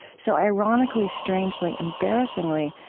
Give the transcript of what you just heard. so ironically, strangely, embarrassingly,